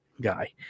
guy